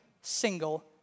single